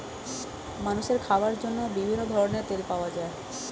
মানুষের খাওয়ার জন্য বিভিন্ন ধরনের তেল পাওয়া যায়